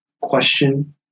question